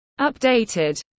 updated